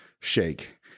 shake